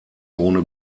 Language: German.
ohne